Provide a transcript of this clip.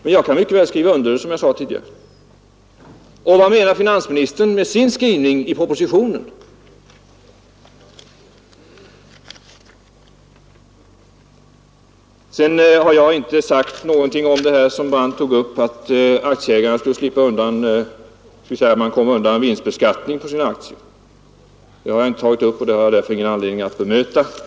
Men jag kan mycket väl skriva under det, som jag sade tidigare. Vad menar för övrigt finansministern med sin skrivning i propositionen? Jag har inte sagt någonting om det som herr Brandt tog upp, nämligen att aktieägarna skulle komma undan vinstbeskattningen på sina aktier. Det har jag därför ingen anledning att bemöta.